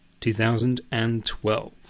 2012